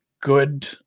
good